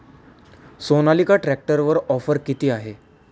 सोनालिका ट्रॅक्टरवर ऑफर किती आहे?